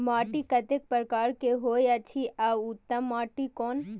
माटी कतेक प्रकार के होयत अछि आ उत्तम माटी कोन?